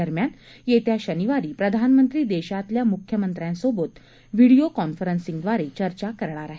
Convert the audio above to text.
दरम्यान येत्या शनिवारी प्रधानमंत्री देशातल्या मुख्यमंत्र्यांसोबत व्हीडिओ कॉन्फरन्सिंगद्वारे चर्चा करणार आहेत